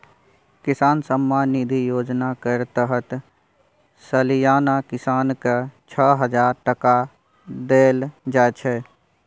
किसान सम्मान निधि योजना केर तहत सलियाना किसान केँ छअ हजार टका देल जाइ छै